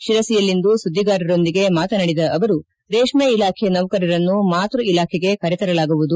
ಶಿರಸಿಯಲ್ಲಿಂದು ಸುದ್ದಿಗಾರರೊಂದಿಗೆ ಮಾತನಾಡಿದ ಅವರು ರೇಷ್ಠ ಇಲಾಖೆ ನೌಕರರನ್ನು ಮಾತೃ ಇಲಾಖೆಗೆ ಕರೆತರಲಾಗುವುದು